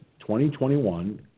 2021